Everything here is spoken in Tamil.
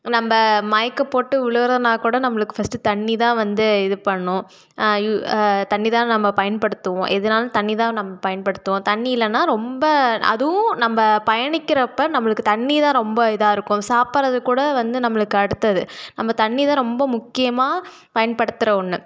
நம்ப மயக்கம் போட்டு விழுகிறோன்னாக்கூட நம்மளுக்கு ஃபஸ்ட்டு தண்ணிதான் வந்து இது பண்ணும் யு தண்ணிதான் நம்ப பயன்படுத்துவோம் எதுனாலும் தண்ணிதான் நாம் பயன்படுத்துவோம் தண்ணி இல்லைன்னா ரொம்ப அதுவும் நம்ப பயணிக்கிறப்போ நம்மளுக்கு தண்ணிதான் ரொம்ப இதாக இருக்கும் சாப்பிட்றதுக்கூட வந்து நம்பளுக்கு அடுத்தது நம்ப தண்ணிதான் ரொம்ப முக்கியமாக பயன்படுத்துகிற ஒன்று